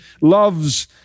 loves